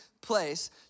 place